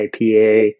IPA